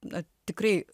na tikrai